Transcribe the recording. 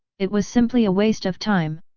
it was simply a waste of time.